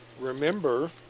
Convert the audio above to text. Remember